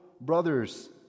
brothers